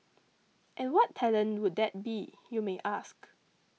and what talent would that be you may ask